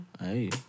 Hey